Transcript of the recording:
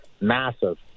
massive